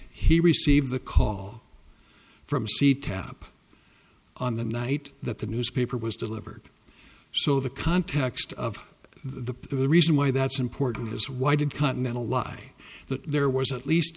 he received the call from c tap on the night that the newspaper was delivered so the context of the reason why that's important is why did continental lie that there was at least